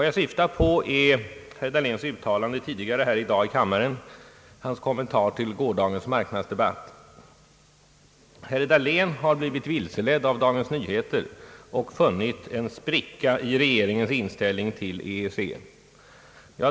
Jag syftar på herr Dabléns kommentarer tidigare i dag här i kammaren till gårdagens marknadsdebatt. Herr Dahlén har blivit vilseledd av Dagens Nyheter och funnit en spricka i regeringens inställning till EEC.